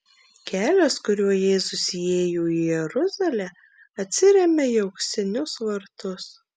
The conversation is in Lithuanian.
kelias kuriuo jėzus įėjo į jeruzalę atsiremia į auksinius vartus